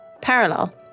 parallel